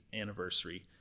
anniversary